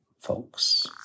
folks